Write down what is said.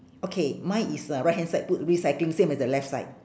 okay mine is uh right hand side put recycling same as the left side